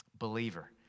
Believer